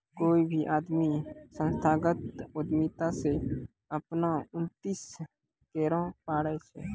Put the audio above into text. कोय भी आदमी संस्थागत उद्यमिता से अपनो उन्नति करैय पारै छै